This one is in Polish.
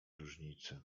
różnicy